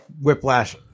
Whiplash